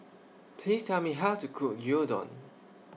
Please Tell Me How to Cook Gyudon